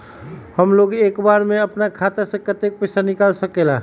हमलोग एक बार में अपना खाता से केतना पैसा निकाल सकेला?